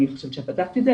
אני חושבת שפתחתי עם זה.